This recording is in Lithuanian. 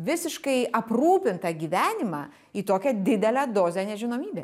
visiškai aprūpintą gyvenimą į tokią didelę dozę nežinomybės